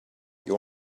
you